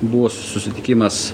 buvo susitikimas